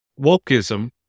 wokeism